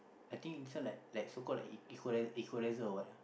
I think this one like like so call like equal equaliser or what ah